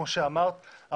כמו שאמרת,